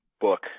book